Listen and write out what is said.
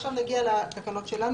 עכשיו, נגיע לחוק שלנו.